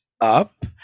up